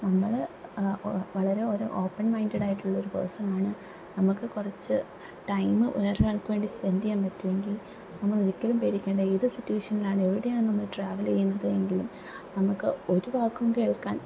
നമ്മള് വളരെ ഓപ്പണ് മൈന്ഡഡായിട്ടുള്ള ഒരു പെർസൺ ആണ് നമുക്ക് കുറച്ച് ടൈമ് വേറൊരാള്ക്ക് വേണ്ടി സ്പെൻഡ് ചെയ്യാൻ പറ്റുവെങ്കിൽ നമ്മളൊരിക്കലും പേടിക്കേണ്ട ഏത് സിറ്റുവേഷനിലാണ് എവിടെയാണ് നമ്മള് ട്രാവൽ ചെയ്യുന്നത് എങ്കിലും നമുക്ക് ഒരു വാക്കും കേള്ക്കാന്